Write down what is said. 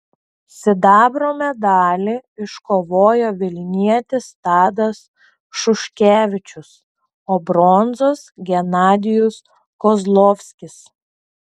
sidabro medalį iškovojo vilnietis tadas šuškevičius o bronzos genadijus kozlovskis